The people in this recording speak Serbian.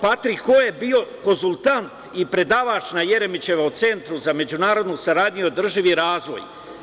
Patrik Ho je bio konsultant i predavač na Jeremićevom centru za međunarodnu saradnju i održivi razvoj.